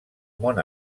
món